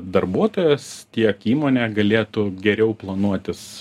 darbuotojas tiek įmonė galėtų geriau planuotis